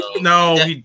No